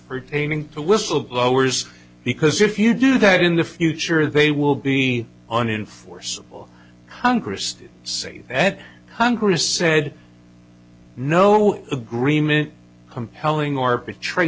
pertaining to whistleblowers because if you do that in the future they will be on enforceable congress to say at congress said no agreement compelling arbitra